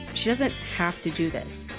she doesn't have to do this,